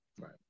Right